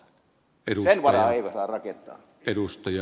sen varaan ei saa rakentaa